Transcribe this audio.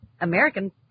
American